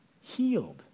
healed